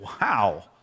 Wow